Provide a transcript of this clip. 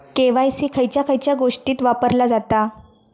KYC खयच्या खयच्या गोष्टीत वापरला जाता?